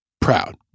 proud